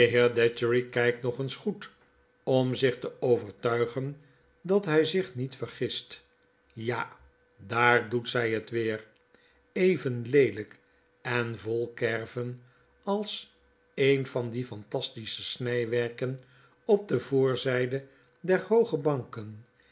kgkt nog eens goed om zich te overtuigen dat hy zich niet vergist ja daar doet zy het weer even leelijk en vol kerven als een van die fantastische snywerken op de voorzyde der hooge banken